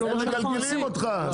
הם מגלגלים אותך.